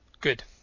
Good